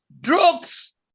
drugs